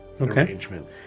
arrangement